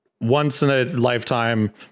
once-in-a-lifetime